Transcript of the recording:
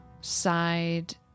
side